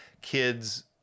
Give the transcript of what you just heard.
kids